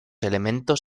elementos